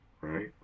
right